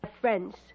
friends